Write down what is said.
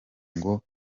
ngo